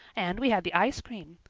and we had the ice cream.